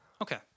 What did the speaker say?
Okay